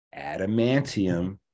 Adamantium